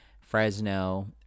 Fresno